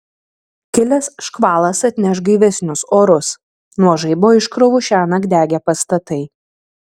kilęs škvalas atneš gaivesnius orus nuo žaibo iškrovų šiąnakt degė pastatai